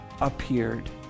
appeared